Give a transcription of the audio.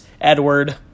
Edward